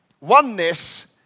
Oneness